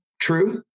true